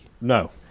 No